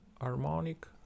harmonic